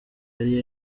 yari